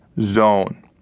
zone